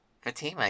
Fatima